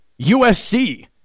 USC